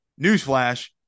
newsflash